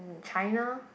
China